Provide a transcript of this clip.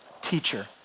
teacher